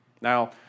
Now